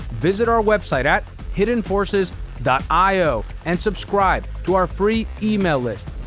visit our website at hiddenforces io and subscribe to our free email list.